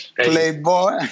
playboy